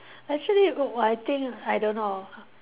actually w~ !wah! I think I don't know